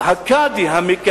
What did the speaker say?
הקאדי היחיד,